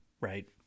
right